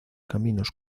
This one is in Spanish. caminos